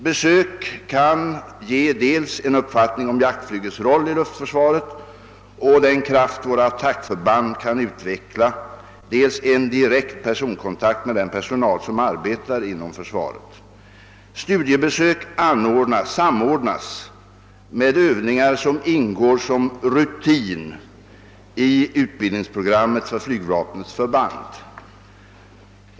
Besök kan ge dels en uppfattning om jaktflygets roll i luftförsvaret och den kraft våra attackförband kan utveckla, dels en direkt personkontakt med den personal som arbetar inom försvaret. Studiebesök samordnas med övningar som ingår som rutin i utbildningsprogrammet för flygvapnets förband.